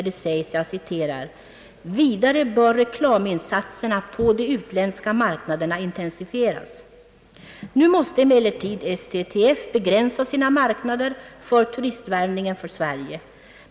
Det heter där: »Vidare bör reklaminsatserna på de utländska marknaderna intensifieras.» Nu måste emellertid STTF begränsa sina marknader för turistvärvningen för Sverige.